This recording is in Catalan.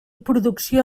producció